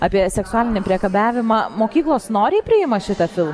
apie seksualinį priekabiavimą mokyklos noriai priima šitą filmą